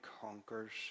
conquers